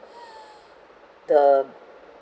the